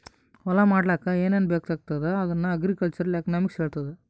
ಹೊಲಾ ಮಾಡ್ಲಾಕ್ ಏನೇನ್ ಬೇಕಾಗ್ತದ ಅದನ್ನ ಅಗ್ರಿಕಲ್ಚರಲ್ ಎಕನಾಮಿಕ್ಸ್ ಹೆಳ್ತುದ್